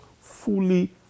fully